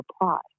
apply